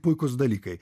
puikūs dalykai